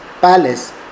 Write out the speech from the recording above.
palace